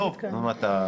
נעביר לוועדות אחרות,